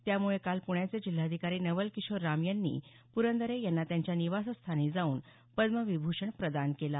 त्यामुळे काल प्ण्याचे जिल्हाधिकारी नवल किशोर राम यांनी प्रंदरे यांना त्यांच्या निवासस्थानी जाऊन पद्मविभूषण प्रदान केला